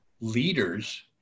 leaders